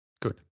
Good